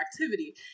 activity